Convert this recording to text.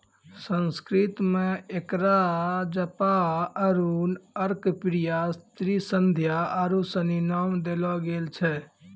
संस्कृत मे एकरा जपा अरुण अर्कप्रिया त्रिसंध्या आरु सनी नाम देलो गेल छै